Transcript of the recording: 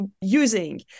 using